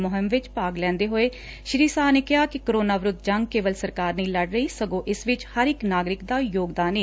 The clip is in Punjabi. ਮੁਹਿੰਮ ਵਿੱਚ ਭਾਗ ਲੈਂਦੇ ਹੋਏ ਸ਼੍ਰੀ ਸ਼ਾਹ ਨੇ ਕਿਹਾ ਕਿ ਕੋਰੋਨਾ ਵਿਰੱਧ ਜੰਗ ਕੇਵਲ ਸਰਕਾਰ ਨਹੀ ਲੜ ਰਹੀ ਸਗੋਂ ਇਸ ਵਿਚ ਹਰ ਇੱਕ ਨਾਗਰਿਕ ਦਾ ਯੋਗਦਾਨ ਏ